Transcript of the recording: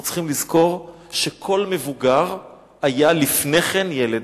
אנחנו צריכים לזכור שכל מבוגר היה לפני כן ילד.